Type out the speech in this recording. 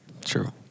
True